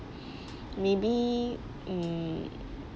maybe mm